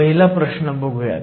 पहिला प्रश्न बघुयात